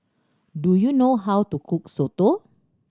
do you know how to cook soto